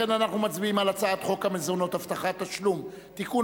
אנחנו מצביעים על הצעת חוק המזונות (הבטחת תשלום) (תיקון,